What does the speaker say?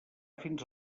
fins